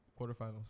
quarterfinals